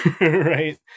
right